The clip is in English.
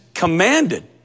commanded